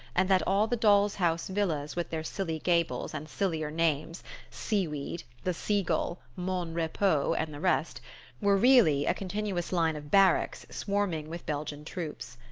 and that all the doll's-house villas with their silly gables and sillier names seaweed, the sea-gull, mon repos, and the rest were really a continuous line of barracks swarming with belgian troops.